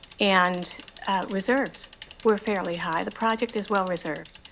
and reserves were fairly high. the project is well reserved.